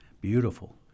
beautiful